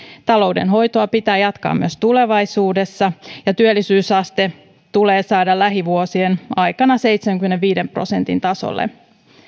taloudenhoitoa pitää jatkaa myös tulevaisuudessa ja työllisyysaste tulee saada lähivuosien aikana seitsemänkymmenenviiden prosentin tasolle